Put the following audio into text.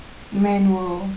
manual